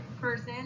person